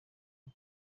aho